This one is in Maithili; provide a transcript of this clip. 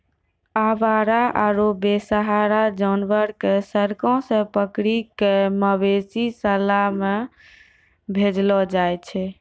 आवारा आरो बेसहारा जानवर कॅ सड़क सॅ पकड़ी कॅ मवेशी शाला मॅ भेजलो जाय छै